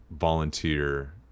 volunteer